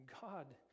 God